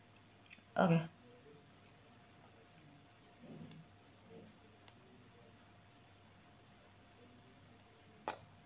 okay